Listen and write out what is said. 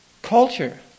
culture